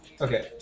Okay